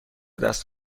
دست